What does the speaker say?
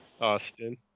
Austin